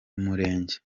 umurenge